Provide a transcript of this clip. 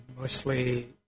Mostly